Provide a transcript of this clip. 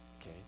Okay